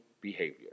behavior